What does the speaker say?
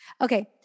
Okay